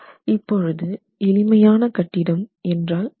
இப்பொழுது சாதாரண எளிமையான கட்டிடம் என்றால் என்ன